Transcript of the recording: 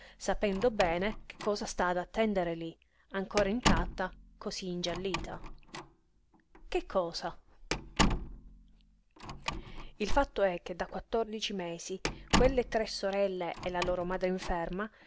sapendo bene che cosa sta ad attendere lí ancora intatta cosí ingiallita che cosa il fatto è che da quattordici mesi quelle tre sorelle e la loro madre inferma